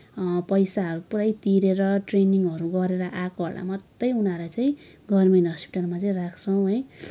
पैसाहरू पुरै तिरेर ट्रेनिङहरू गरेर आएकोहरूलाई मात्रै उनीहरूले चाहिँ गभर्मेन्ट हस्पिटलमा चाहिँ राख्छ है